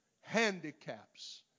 Handicaps